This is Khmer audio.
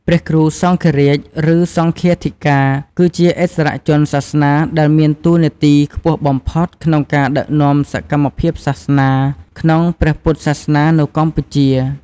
ព្រះគ្រូសង្ឃរាជ ឬ សង្ឃាធិការ គឺជាឥស្សរជនសាសនាដែលមានតួនាទីខ្ពស់បំផុតក្នុងការ ដឹកនាំសកម្មភាពសាសនា ក្នុងព្រះពុទ្ធសាសនានៅកម្ពុជា។